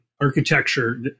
architecture